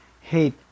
hate